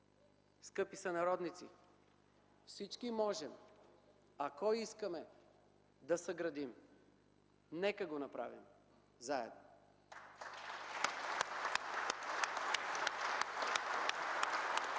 Скъпи сънародници, всички можем, ако искаме, да съградим! Нека го направим заедно! (Всички